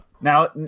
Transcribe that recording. Now